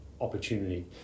opportunity